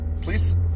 Please